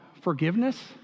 forgiveness